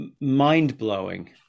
mind-blowing